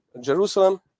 Jerusalem